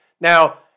Now